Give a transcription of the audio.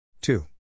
two